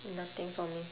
nothing for me